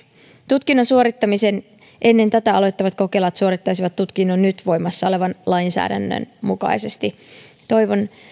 tutkinnon suorittamisen ennen tätä aloittavat kokelaat suorittaisivat tutkinnon nyt voimassa olevan lainsäädännön mukaisesti toivon